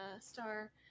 star